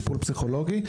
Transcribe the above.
טיפול פסיכולוגי,